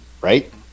right